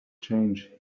change